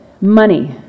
money